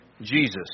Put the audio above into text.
Jesus